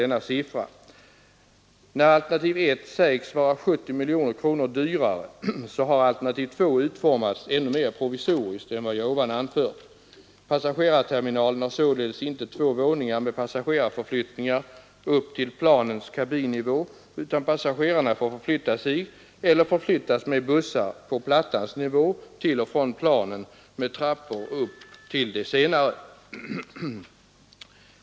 När alternativ 1 sägs vara 70 miljoner kronor dyrare har alternativ 2 utformats ännu mer provisoriskt än vad jag förut anfört. Passagerarterminalen har således inte två våningar med passagerarförflyttningar upp till planens kabinnivå, utan passagerarna får förflytta sig eller förflyttas med bussar på plattans nivå till och från planen med trappor upp till de senare.